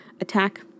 attack